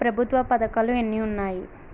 ప్రభుత్వ పథకాలు ఎన్ని ఉన్నాయి?